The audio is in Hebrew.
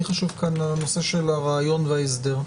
לי חשוב כאן הנושא של הרעיון וההסדר.